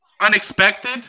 Unexpected